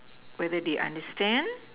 whether they understand